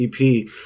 EP